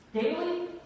daily